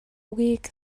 үгийг